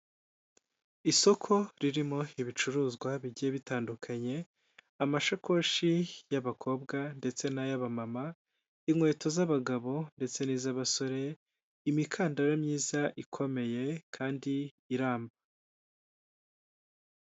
Isoko ririmo ibicuruzwa bigiye bitandukanye amashakoshi y'abakobwa ndetse n'ay'abamama, inkweto z'abagabo ndetse n'iz'abasore, imikandara myiza ikomeye kandi iramba.